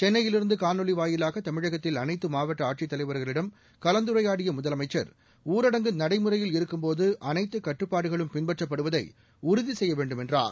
சென்னையில் இருந்து காணொலி வாயிலாக தமிழகத்தில் அனைத்து மாவட்ட ஆடசித்தலைவர்களிடம் கலந்துரையாடிய முதலமைச்சர் ஊரடங்கு நடைமுறையில் இருக்கும் போது அனைத்து கட்டுப்பாடுகளும் பின்பற்றப்படுவதை உறுதி செய்ய வேண்டும் என்றார்